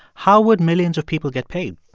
how would millions of people get paid?